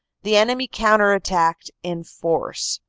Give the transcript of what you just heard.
the enemy counter-attacked in force,